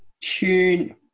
tune